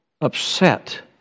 upset